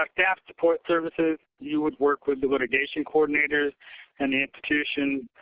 like staff support services you would work with the litigation coordinators and the institution.